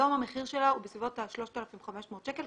היום המחיר שלה הוא בסביבות 3,500 שקלים,